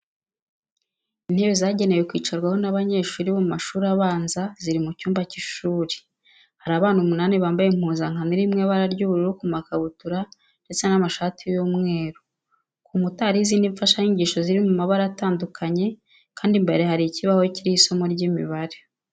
Intebe zagenewe kwicarwaho n'abanyeshuri bo mu mashuri abanza ziri mu cyumba cy'ishuri. Hari abana umunani bambaye impuzankano iri mu ibara ry'ubururu ku makabutura ndetse n'amashati y'umweru. Ku nkuta hariho izindi mfashanyigisho ziri mu mabara atandukanye kandi imbere hari ikibaho kiriho isomo ry'imibare.